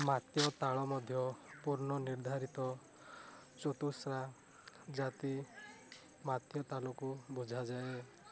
ମାତ୍ୟ ତାଳ ମଧ୍ୟ ପୂର୍ବ ନିର୍ଦ୍ଧାରିତ ଚତୁସ୍ରା ଜାତି ମାତ୍ୟ ତାଳକୁ ବୁଝାଯାଏ